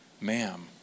ma'am